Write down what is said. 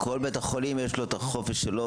--- כל בית חולים יש לו את החופש שלו,